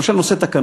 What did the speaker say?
למשל, נושא התקנות.